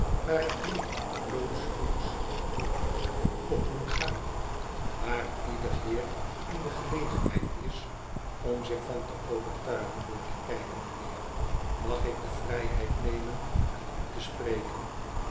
waar ik nu blootsvoets op moet gaan waar ieder heer in de gelegenheid is om zich van te overtuigen door te kijken m'nheer mag ik de vrijheid nemen met u te spreken